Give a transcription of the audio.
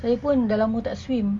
saya pun dah lama tak swim